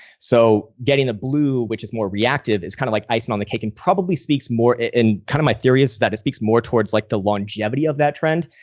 so getting the blue, which is more reactive, it's kind of like icing on the cake and probably speaks more, and kind of my theory is that it speaks more towards like the longevity of that trend.